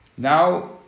Now